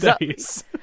days